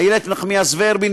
איילת נחמיאס ורבין,